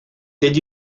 did